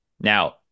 now